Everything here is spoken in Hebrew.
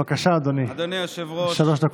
עומד כאן אלי אבודרה, האיש שראש הסיעה